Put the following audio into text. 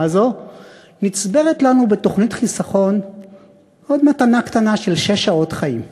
הזאת נצברת לנו בתוכנית חיסכון עוד מתנה קטנה של שש שעות חיים,